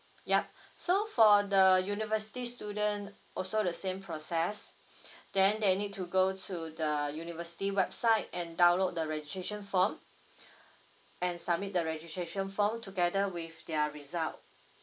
yup so for the university student also the same process then they need to go to the university website and download the registration form and submit the registration form together with their result